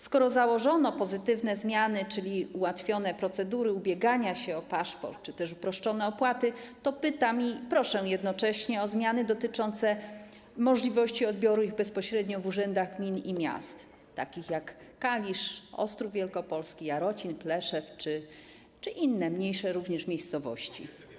Skoro założono pozytywne zmiany, czyli ułatwione procedury ubiegania się o paszport czy też uproszczone opłaty, to pytam i proszę jednocześnie o zmiany dotyczące możliwości odbioru paszportów bezpośrednio w urzędach gmin i miast, takich jak Kalisz, Ostrów Wielkopolski, Jarocin, Pleszew czy inne, również mniejsze miejscowości.